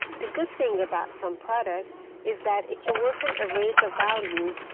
the good thing about sumproduct is that it can work on arrays of values,